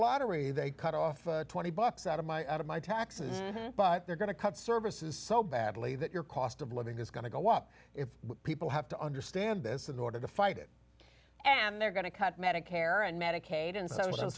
lottery they cut off twenty dollars out of my out of my taxes but they're going to cut services so badly that your cost of living is going to go up if people have to understand this in order to fight it and they're going to cut medicare and medicaid